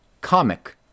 comic